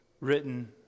written